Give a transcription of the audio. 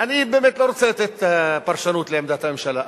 אני לא רוצה לתת פרשנות לעמדת הממשלה,